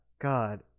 God